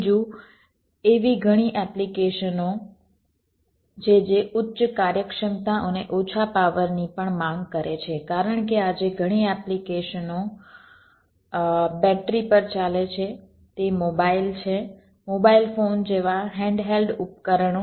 બીજું એવી ઘણી એપ્લિકેશનો છે જે ઉચ્ચ કાર્યક્ષમતા અને ઓછા પાવર ની પણ માંગ કરે છે કારણ કે આજે ઘણી એપ્લિકેશનો બેટરી પર ચાલે છે તે મોબાઇલ છે મોબાઇલ ફોન જેવા હેન્ડહેલ્ડ ઉપકરણો